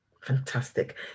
Fantastic